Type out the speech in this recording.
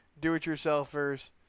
do-it-yourselfers